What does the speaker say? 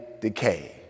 decay